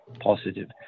positive